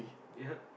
ya